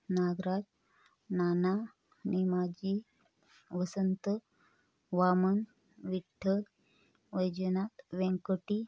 Nagraj Nana Nemaji Vasant Vaman Vitthal Vaijnath Vyankati